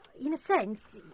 in a sense,